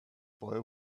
boy